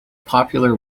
popular